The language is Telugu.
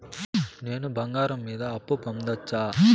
నేను బంగారం మీద అప్పు పొందొచ్చా?